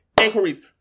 inquiries